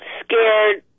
scared